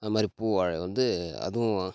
அந்த மாதிரி பூவாழை வந்து அதுவும்